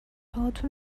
هاتون